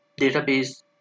database